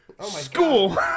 School